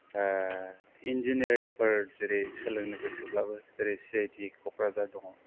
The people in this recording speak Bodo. इन्जिनियारिंफोर जेरै सोलोंनो गोसोब्लाबो जेरै सि आइ टि क'क्राझार दङ